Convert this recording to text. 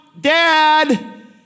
Dad